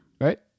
right